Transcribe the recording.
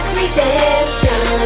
redemption